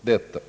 detta.